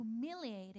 humiliated